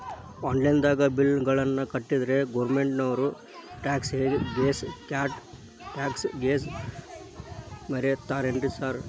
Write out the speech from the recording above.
Online ದಾಗ bill ಗಳನ್ನಾ ಕಟ್ಟದ್ರೆ ಗೋರ್ಮೆಂಟಿನೋರ್ ಟ್ಯಾಕ್ಸ್ ಗೇಸ್ ಮುರೇತಾರೆನ್ರಿ ಸಾರ್?